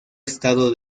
estado